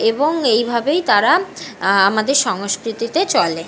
এবং এই ভাবেই তারা আমাদের সংস্কৃতিতে চলে